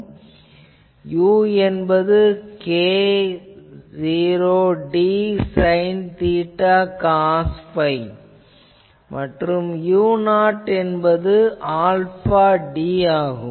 இங்கு u என்பது k0d sine theta cos phi மற்றும் u0 என்பது ஆல்பா d ஆகும்